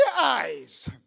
eyes